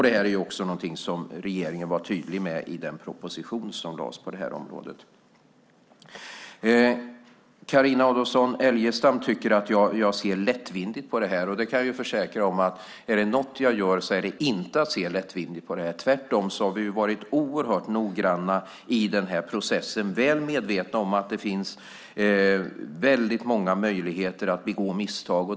Detta är också någonting som regeringen var tydlig med i den proposition som lades fram på området. Carina Adolfsson Elgestam tycker att jag ser lättvindigt på det här. Jag kan försäkra att om det är något jag gör så är det att inte se lättvindigt på det. Tvärtom har vi varit oerhört noggranna i processen, väl medvetna om att det finns många möjligheter att begå misstag.